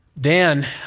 Dan